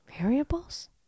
Variables